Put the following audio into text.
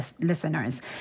listeners